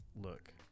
look